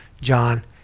John